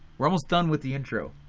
we're almost done with the intro,